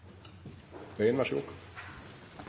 – vær så god.